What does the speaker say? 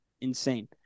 Insane